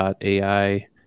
AI